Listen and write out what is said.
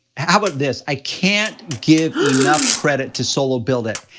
how about this? i can't give enough credit to solo build it!